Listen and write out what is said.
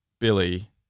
Billy